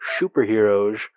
superheroes